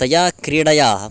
तया क्रीडया